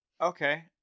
Okay